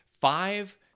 five